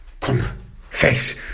confess